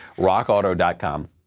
rockauto.com